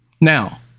Now